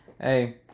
hey